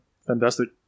fantastic